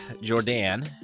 Jordan